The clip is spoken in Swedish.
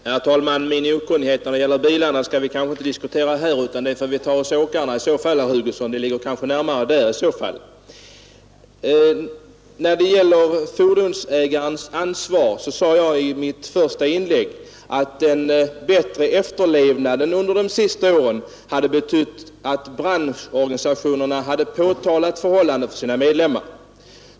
Herr talman! Min okunnighet när det gäller bilarna skall vi kanske inte diskutera här utan snarare hos åkarna, herr Hugosson, det ligger närmare till hands. Beträffande fordonsägarens ansvar sade jag i mitt första inlägg att den bättre efterlevnaden under de senaste åren hade betytt att branschorganisationerna hade påtalat förhållandet för sina medlemmar.